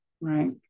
right